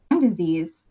disease